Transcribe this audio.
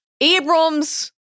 Abrams